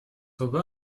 aubin